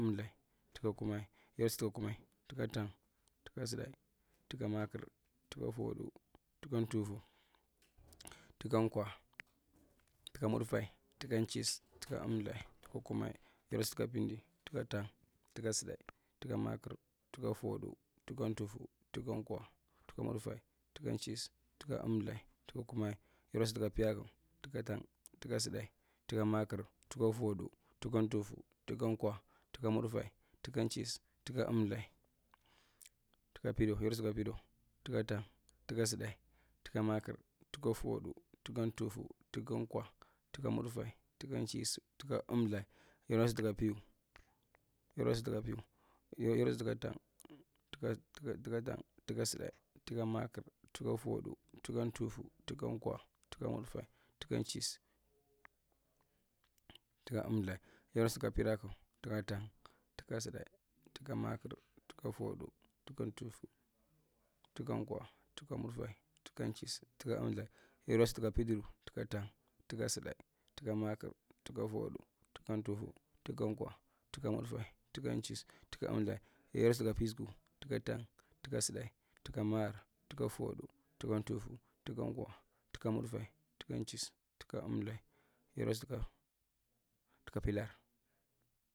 Emthae tuka kumai, yero sid tuka kuma, tuka tang, tuka tusdae, tuka maakir, tuka fudu, tuka tuffu, tukankwa, tuka mudfae, tuka nchisu, tuka emltha, tuka kumae, yero sid tuka pindi, tuka foudu, tuka tuffu, tuka kw, tuka mudfae, tukan, chisuu, tuka emlthae, tuka kummai. Yero sud tuka piaku, tuka tang, tuka sudae, tuka makir, tuka foudu, tuka tuffu, tuka kwa, tuka mud fae, tuka nchissu, tuka emlthae, tuka pidowu. Yero tsud tuka pidowa, tuka tang, tuka tsudae, tuka maakir, tuka foudu, tuka ntufu, tuka kwa, tuka mudfae, tuka nchis, tuka emlthae, yero tsud tuka piwu, yero tsud tuka piwu, ye yero tsud tuka tang, tuka tsudae, tuka maakir, tuka foadu, tuka tufu, tuka kwa, tuka mudfae, tuka nchissu, tuka emlthae, yero tsud tuka pirakku. Tuka tang, tuka tusade, tuka maakir, tuka fouwdu, tuka tuffu, tuka kwa, tuka mudfae, tuka nchis, tuka emlthae, yero tsud tuka pitawan tuka tang, tuka tsudae, tuka maakir, tuka foudu, tuka tufu, tuka kwa, tuka mudfae, tuka nchissu, tuka emlthae. Yero tsud tuka pistku. Tuka tang, tuka tsudae, tuka maakir, tuka foudu, tuka tufu, tuka kwa, tuka mudfae, tukanchis, tuka emltha yero tsudae tuka philahar.